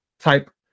type